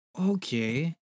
okay